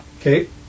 Okay